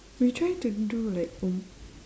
we try to do like um